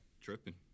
tripping